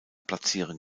platzieren